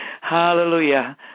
Hallelujah